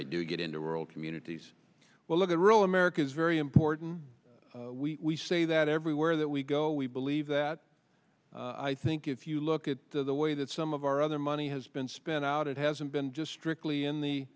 they do get into rural communities well look at rural america is very important we say that everywhere that we go we believe that i think if you look at the way that some of our other money has been spent out it hasn't been just strictly in the